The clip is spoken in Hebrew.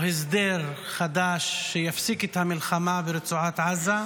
הסדר חדש שיפסיק את המלחמה ברצועת עזה,